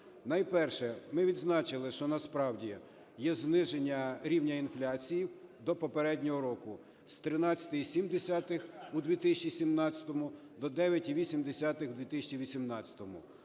Найперше, ми відзначили, що насправді є зниження рівня інфляції до попереднього року з 13,7 у 2017-му, до 9,8 у 2018-му.